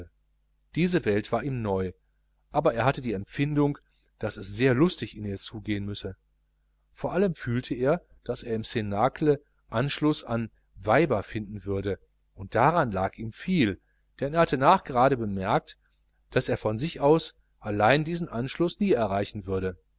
diese welt war ihm neu aber er hatte die empfindung daß es sehr lustig in ihr zugehen müsse vor allem fühlte er daß er im cnacle anschluß an weiber finden würde und daran lag ihm viel denn er hatte es nachgerade bemerkt daß er von sich allein aus diesen anschluß nie erreichen würde